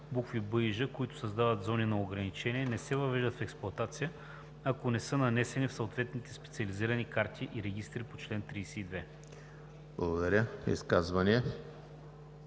„б“ и „ж“, които създават зони на ограничения, не се въвеждат в експлоатация, ако не са нанесени в съответните специализирани карти и регистри по чл. 32.“